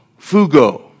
fugo